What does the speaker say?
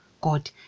God